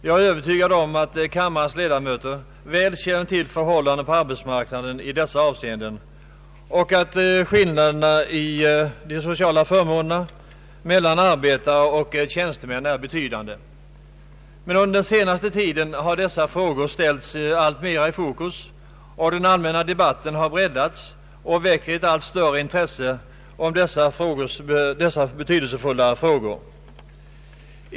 Jag är övertygad om att kammarens ledamöter väl känner till förhållandena på arbetsmarknaden i dessa avseenden och att skillnaderna i de sociala förmånerna meilan arbetare och tjänstemän är betydande. Men under den senaste tiden har dessa frågor ställts alltmer i fokus. Den allmänna debatten har breddats och väckt allt större intresse för dessa betydelsefulla frågor.